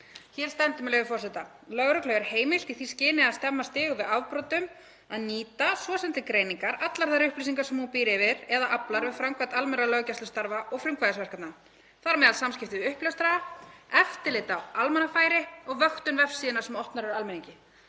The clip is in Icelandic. Hér stendur, með leyfi forseta: „Lögreglu er heimilt, í því skyni að stemma stigu við afbrotum, að nýta, svo sem til greiningar, allar þær upplýsingar sem hún býr yfir eða aflar við framkvæmd almennra löggæslustarfa og frumkvæðisverkefna, þar á meðal samskipti við uppljóstrara, eftirlit á almannafæri og vöktun vefsíðna sem opnar eru almenningi.“